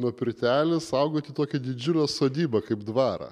nuo pirtelės augot iki tokio didžiulio sodyba kaip dvarą